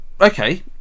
Okay